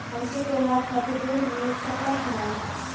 हमके त्योहार खातिर त्रण मिल सकला कि ना?